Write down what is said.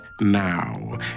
now